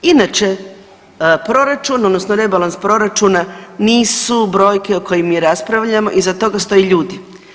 Inače, proračun odnosno rebalans proračuna nisu brojke o kojim mi raspravljamo, iza toga stoje ljudi.